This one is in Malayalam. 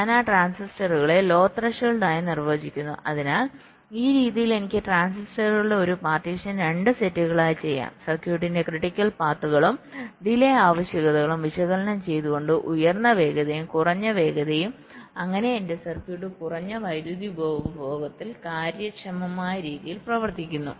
ഞാൻ ആ ട്രാൻസിസ്റ്ററുകളെ ലോ ത്രെഷോൾഡ് ആയി നിർവ്വചിക്കുന്നു അതിനാൽ ഈ രീതിയിൽ എനിക്ക് ട്രാൻസിസ്റ്ററുകളുടെ ഒരു പാർട്ടീഷൻ 2 സെറ്റുകളായി ചെയ്യാം സർക്യൂട്ടിന്റെ ക്രിട്ടിക്കൽ പാത്തുകളും ഡിലെ ആവശ്യകതകളും വിശകലനം ചെയ്തുകൊണ്ട് ഉയർന്ന വേഗതയും കുറഞ്ഞ വേഗതയും അങ്ങനെ എന്റെ സർക്യൂട്ട് കുറഞ്ഞ വൈദ്യുതി ഉപഭോഗത്തിൽ കാര്യക്ഷമമായ രീതിയിൽ പ്രവർത്തിക്കുന്നു